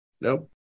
nope